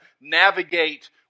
navigate